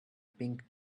pink